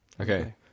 Okay